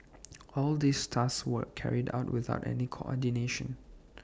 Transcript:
all these tasks were carried out without any coordination